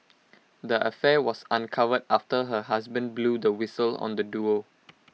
the affair was uncovered after her husband blew the whistle on the duo